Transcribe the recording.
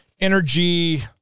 energy